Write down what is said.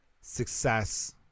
success